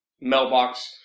mailbox